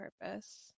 purpose